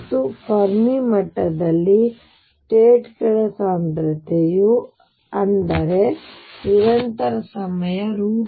ಮತ್ತು ಫೆರ್ಮಿ ಮಟ್ಟದಲ್ಲಿ ಸ್ಟೇಟ್ ಗಳ ಸಾಂದ್ರತೆಯು ಆದ್ದರಿಂದ ನಿರಂತರ ಸಮಯ F